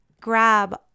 grab